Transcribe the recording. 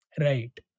Right